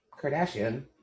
kardashian